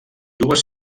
dues